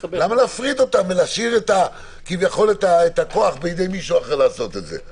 למה להפריד אותם ולהשאיר כביכול את הכוח בידי מישהו אחר לעשות את זה?